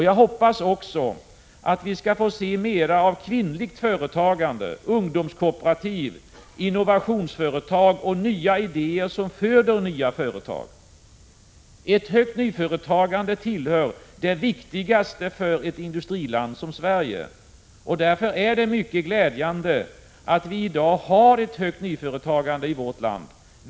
Jag hoppas också att vi skall få se mera av kvinnligt företagande, ungdomskooperativ, innovationsföretag och nya idéer, som föder nya företag. Ett högt nyföretagande tillhör det viktigaste för ett industriland som Sverige. Därför är det mycket glädjande att vi i dag har ett högt nyföretagande i vårt land.